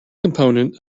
component